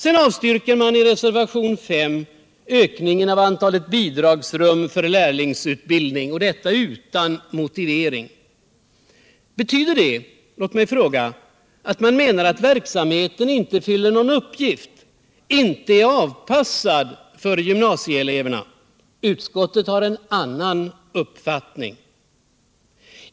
Sedan avstyrker man i reservationen 5 ökningen av antalet bidragsrum för lärlingsutbildning, och detta utan motivering. Betyder det att man menar att verksamheten inte fyller någon uppgift, att den inte är avpassad för gymnasieeleverna? Utskottet har en annan uppfattning.